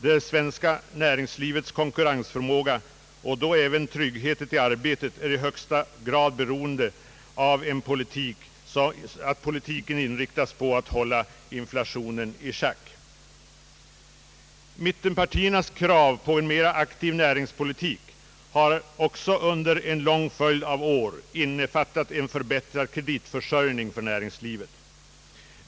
Det svenska näringslivets konkurrensförmåga och därmed även tryggheten till arbete är i högsta grad beroende av att politiken inriktas på att hålla inflationen i schack. Mittenpartiernas krav på en mera aktiv näringspolitik har också under en lång följd av år innefattat en förbättrad kreditförsörjning för näringslivet.